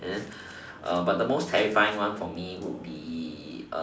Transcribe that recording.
and then uh but the most terrifying one for me would be